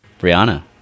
Brianna